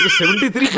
73%